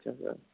अच्छा सर